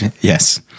yes